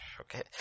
Okay